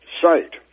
site